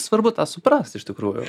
svarbu tą suprast iš tikrųjų